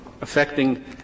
affecting